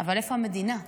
אבל איפה המדינה?